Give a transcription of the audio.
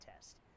test